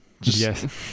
Yes